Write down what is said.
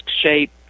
shape